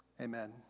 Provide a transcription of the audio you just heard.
Amen